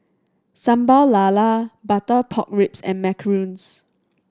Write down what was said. Sambal Lala butter pork ribs and macarons